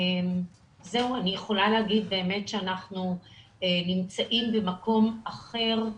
אני יכולה להגיד שאנחנו נמצאים במקום אחר,